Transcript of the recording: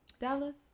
Dallas